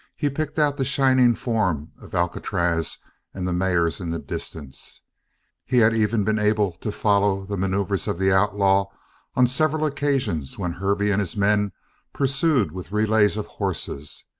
he picked out the shining form of alcatraz and the mares in the distance he had even been able to follow the maneuvers of the outlaw on several occasions when hervey and his men pursued with relays of horses,